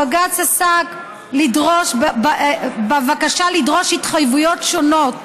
בג"ץ עסק בבקשה לדרוש התחייבויות שונות,